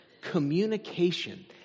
Communication